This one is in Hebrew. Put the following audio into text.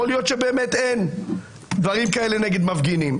יכול להיות שבאמת אין דברים כאלה נגד מפגינים.